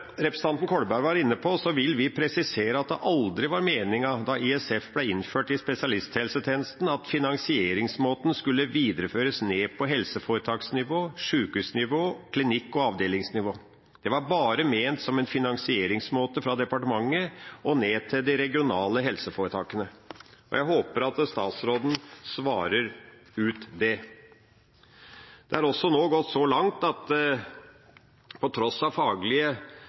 representanten Kolberg var inne på, at det aldri var meningen da ISF ble innført i spesialisthelsetjenesten, at finansieringsmåten skulle videreføres ned på helseforetaksnivå, sjukehusnivå, klinikk- og avdelingsnivå. Det var bare ment som en finansieringsmåte fra departementet og ned til de regionale helseforetakene. Jeg håper at statsråden svarer ut det. Det har gått så langt at ISF – på tross av faglige